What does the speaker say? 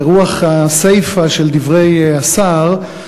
ברוח הסיפה של דברי השר,